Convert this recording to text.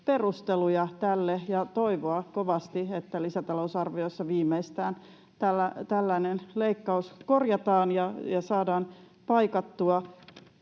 perusteluja tälle ja toivoa kovasti, että viimeistään lisätalousarviossa tällainen leikkaus korjataan ja saadaan paikattua,